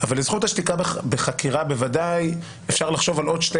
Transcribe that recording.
אבל לזכות השתיקה בחקירה בוודאי אפשר לחשוב על עוד שני